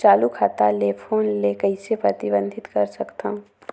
चालू खाता ले फोन ले कइसे प्रतिबंधित कर सकथव?